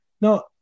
no